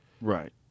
Right